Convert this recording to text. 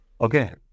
Okay